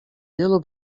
wielu